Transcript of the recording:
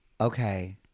okay